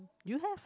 you have